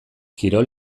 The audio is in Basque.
kirol